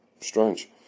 Strange